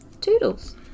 Toodles